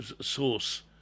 source